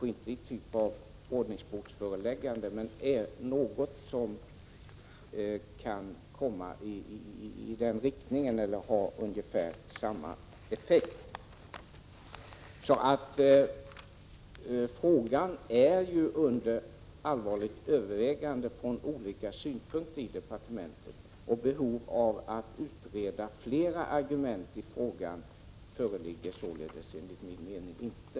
Det skulle kanske inte vara av typen ordningsbotsföreläggande, men det skulle vara någonting i den riktningen eller någonting som har ungefär samma effekt. Frågan är alltså under allvarligt övervägande från olika utgångspunkter i departementet, och behov av att utreda ytterligare alternativ härvidlag föreligger enligt min mening inte.